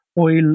oil